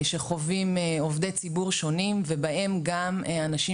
שחווים עובדי ציבור שונים ובהם גם אנשים